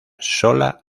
sola